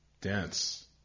Dance